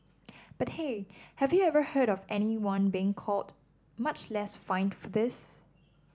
but hey have you ever heard of anyone being caught much less fined for this